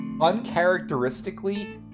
uncharacteristically